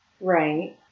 Right